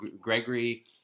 Gregory